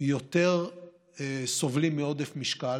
יותר סובלים מעודף משקל,